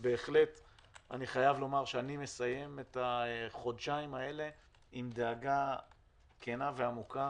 אני חייב לומר שאני מסיים את החודשיים האלה עם דאגה כנה ועמוקה